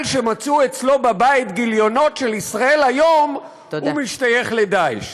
שמצאו אצלו בבית גיליונות של "ישראל היום" הוא משתייך ל"דאעש".